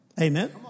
Amen